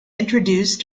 introduced